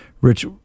Rich